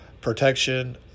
protection